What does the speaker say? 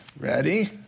ready